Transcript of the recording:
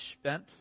spent